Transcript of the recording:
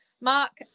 Mark